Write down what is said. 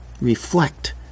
reflect